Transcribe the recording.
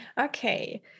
Okay